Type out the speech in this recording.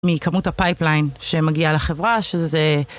מקמות הפייפליין שמגיעה לחברה, שזה...